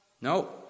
No